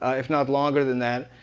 ah if not longer than that.